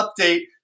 update